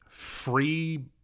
Free